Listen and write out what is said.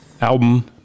album